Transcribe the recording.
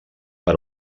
per